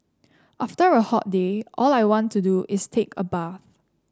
after a hot day all I want to do is take a bath